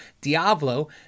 Diablo